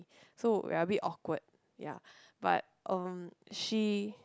so we're a bit awkward ya but um she